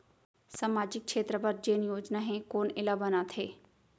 सामाजिक क्षेत्र बर जेन योजना हे कोन एला बनाथे?